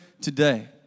today